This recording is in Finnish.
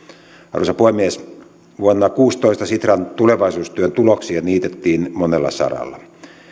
arvoisa puhemies vuonna kaksituhattakuusitoista sitran tulevaisuustyön tuloksia niitettiin monella saralla